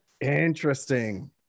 Interesting